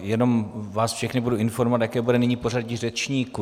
Jenom vás všechny budu informovat, jaké bude nyní pořadí řečníků.